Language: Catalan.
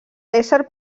ésser